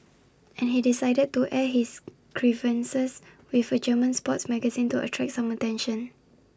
and he decided to air his grievances with A German sports magazine to attract some attention